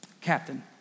captain